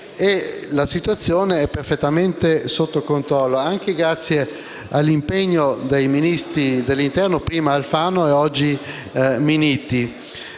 la situazione è perfettamente sotto controllo anche grazie all'impegno dei ministri dell'interno, prima Alfano e oggi Minniti.